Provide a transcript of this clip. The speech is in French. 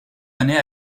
années